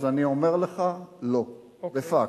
אז אני אומר לך לא, בפקס.